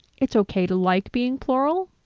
it's okay to like being plural,